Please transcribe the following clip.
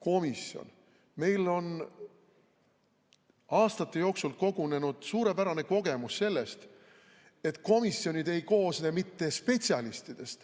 Komisjon! Meil on aastate jooksul kogunenud suurepärane kogemus sellest, et komisjonid ei koosne mitte spetsialistidest,